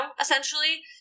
essentially